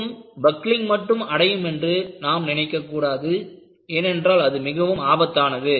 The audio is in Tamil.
தூண் பக்லிங் மட்டும் அடையும் என்று நாம் நினைக்க கூடாது ஏனென்றால் அது மிகவும் ஆபத்தானது